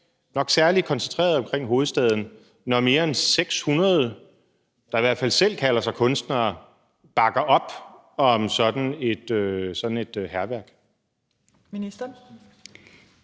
nok særlig koncentreret omkring hovedstaden, når mere end 600, der i hvert fald selv kalder sig kunstnere, bakker op om sådan et hærværk?